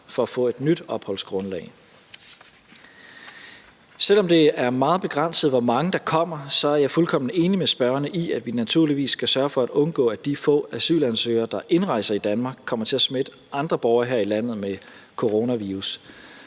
for at få et nyt opholdsgrundlag. Selv om det er meget begrænset, hvor mange der kommer, så er jeg fuldkommen enig med spørgerne i, at vi naturligvis skal sørge for at undgå, at de få asylansøgere, der indrejser i Danmark, kommer til at smitte andre borgere her i landet med coronavirus.